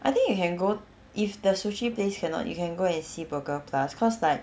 I think you can go if the sushi place cannot you can go and see burger plus cause like